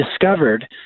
discovered